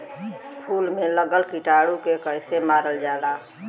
फूल में लगल कीटाणु के कैसे मारल जाला?